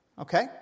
Okay